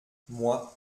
moi